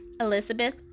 Elizabeth